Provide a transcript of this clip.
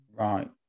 Right